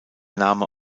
name